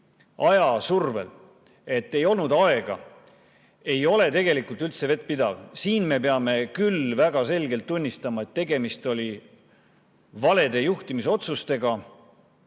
aja survel, et ei olnud aega, ei ole tegelikult üldse vettpidav. Siin me peame küll väga selgelt tunnistama, et tegemist oli valede juhtimisotsustega,